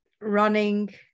running